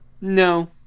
No